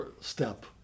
step